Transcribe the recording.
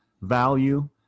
value